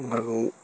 আৰু